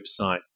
website